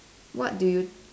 what do you